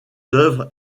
d’œuvres